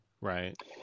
Right